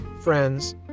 friends